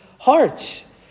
hearts